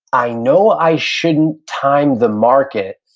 i know i shouldn't time the market,